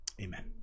Amen